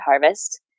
harvest